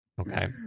Okay